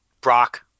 Brock